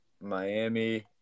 Miami